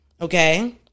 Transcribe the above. Okay